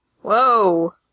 Whoa